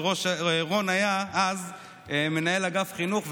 ורון היה אז מנהל אגף חינוך,